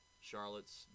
Charlotte's